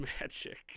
magic